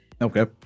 Okay